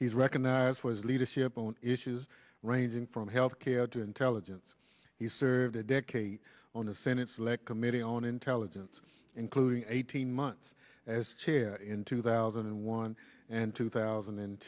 he's recognized for his leadership on issues ranging from health care to intelligence he served a decade on the senate select committee on intelligence including eighteen months as chair in two thousand and one and two thousand and